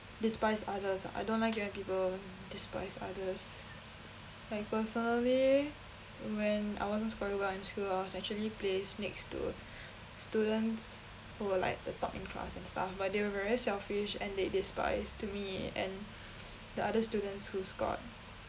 despise others I don't like when people despise others like personally when I wasn't scoring well in school I was actually placed next to students who are like the top in class and stuff but they are very selfish and they despised to me and the other students who scored